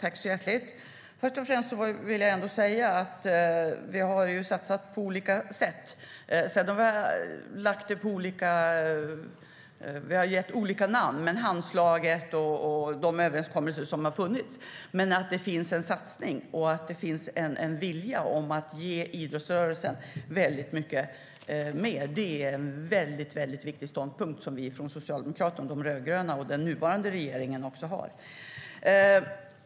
Fru talman! Först vill jag säga att det har satsats på olika sätt. Sedan har vi benämnt satsningarna olika, till exempel Handslaget. Det finns en satsning på och en vilja att ge idrottsrörelsen väldigt mycket mer. Det är en mycket viktig ståndpunkt som vi från Socialdemokraterna, de rödgröna och den nuvarande regeringen har.